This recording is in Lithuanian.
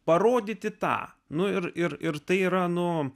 parodyti tą nu ir ir ir tai yra nu